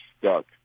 stuck